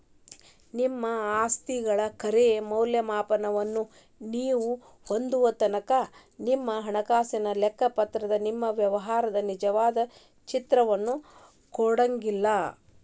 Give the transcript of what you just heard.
ನಿಮ್ಮ ಆಸ್ತಿಗಳ ಖರೆ ಮೌಲ್ಯವನ್ನ ನೇವು ಹೊಂದೊತನಕಾ ನಿಮ್ಮ ಹಣಕಾಸಿನ ಲೆಕ್ಕಪತ್ರವ ನಿಮ್ಮ ವ್ಯವಹಾರದ ನಿಜವಾದ ಚಿತ್ರಾನ ಕೊಡಂಗಿಲ್ಲಾ